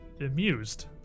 amused